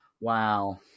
wow